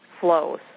flows